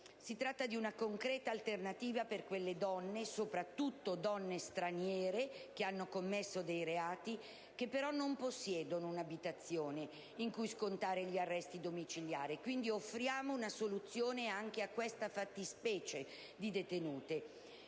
Si tratta di una concreta alternativa per le donne, soprattutto straniere, che hanno commesso dei reati, che però non possiedono un'abitazione in cui scontare gli arresti domiciliari. Quindi offriamo una soluzione anche a questa tipologia di detenute.